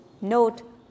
note